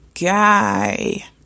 guy